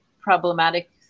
problematic